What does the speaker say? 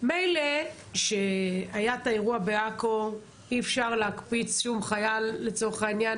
מילא שהיה את האירוע בעכו אי אפשר להקפיץ שום חיל לצורך הענין